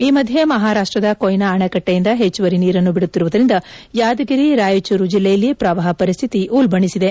ಈ ಮಧ್ಯ ಮಹಾರಾಷ್ಟದ ಕೊಯ್ನಾ ಅಣೆಕಟ್ಟೆಯಿಂದ ಹೆಚ್ಚುವರಿ ನೀರನ್ನು ಬಿಡುತ್ತಿರುವುದರಿಂದ ಯಾದಗಿರಿ ರಾಯಚೂರು ಜಿಲ್ಲೆಯಲ್ಲಿ ಪ್ರವಾಹ ಪರಿಸ್ಥಿತಿ ಉಲ್ಲಣಿಸಿದೆ